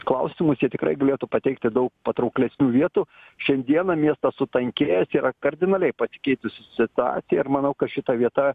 klausimus jie tikrai galėtų pateikti daug patrauklesnių vietų šiandieną miestas sutankėjęs yra kardinaliai pasikeitusi situacija ir manau kad šita vieta